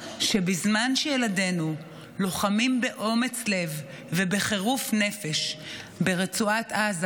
שבזמן שילדינו לוחמים באומץ לב ובחירוף נפש ברצועת עזה,